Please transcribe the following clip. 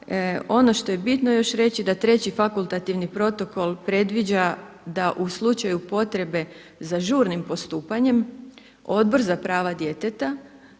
Ono što je bitno još reći da treći fakultativni protokol predviđa da u slučaju potrebe za žurnim postupanjem Odbor za prava djeteta